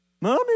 mommy